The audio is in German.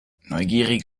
neugierig